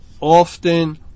often